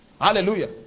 Hallelujah